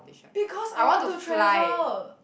because I want to travel